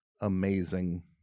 amazing